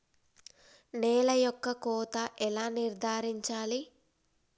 నేల యొక్క కోత ఎలా నిర్ధారించాలి?